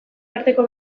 arteko